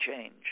change